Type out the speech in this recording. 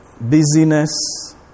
busyness